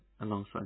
alongside